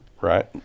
right